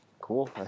cool